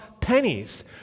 pennies